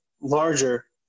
larger